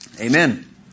Amen